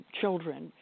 children